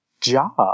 job